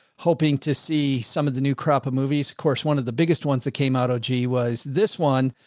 hoping to see some of the new crop of movies. of course, one of the biggest ones that came out, oh, gee, was this one.